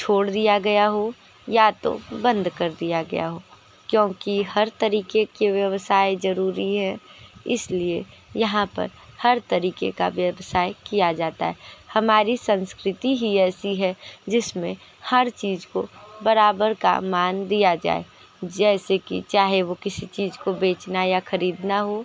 छोड़ दिया गया हो या तो बंद कर दिया गया हो क्योंकि हर तरीके के व्यवसाय जरूरी है इसलिए यहाँ पर हर तरीके का व्यवसाय किया जाता है हमारी संस्कृति ही ऐसी है जिसमें हर चीज को बराबर का मान दिया जाए जैसे कि चाहे वो किसी चीज को बेचना या खरीदना हो